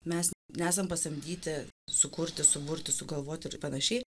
mes nesam pasamdyti sukurti suburti sugalvoti ir panašiai